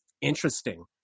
interesting